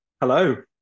Hello